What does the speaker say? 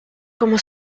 como